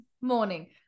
Morning